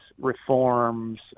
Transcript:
reforms